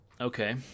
Okay